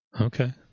Okay